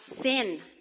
sin